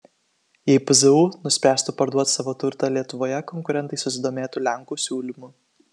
jei pzu nuspręstų parduoti savo turtą lietuvoje konkurentai susidomėtų lenkų siūlymu